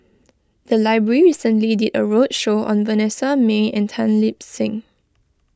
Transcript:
the library recently did a roadshow on Vanessa Mae and Tan Lip Seng